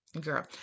girl